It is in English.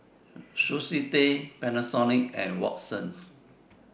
Sushi Tei Panasonic and Watsons